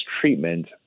treatment